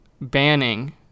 Banning